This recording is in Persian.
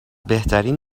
بهترین